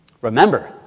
Remember